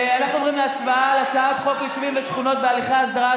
אנחנו עוברים להצבעה על הצעת חוק יישובים ושכונות בהליכי הסדרה,